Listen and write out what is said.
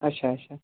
اَچھا اَچھا